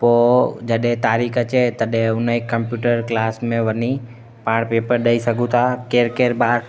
पोइ जॾहिं तारीख़ अचे तॾहिं उन जी कंप्यूटर क्लास में वञी पाण पेपर ॾेई सघूं था केरु केरु ॿार